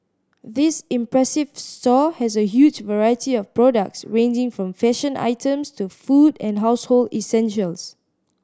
this impressive store has a huge variety of products ranging from fashion items to food and household essentials